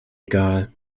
egal